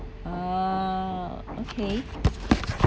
ah okay